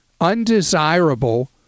undesirable